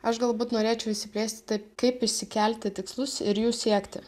aš galbūt norėčiau išsiplėsti taip kaip išsikelti tikslus ir jų siekti